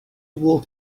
walk